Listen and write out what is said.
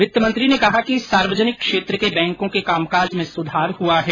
वित्त मंत्री ने कहा कि सार्वजनिक क्षेत्र के बैंकों के कामकाज में सुधार हुआ है